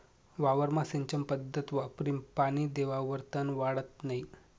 वावरमा सिंचन पध्दत वापरीन पानी देवावर तन वाढत नै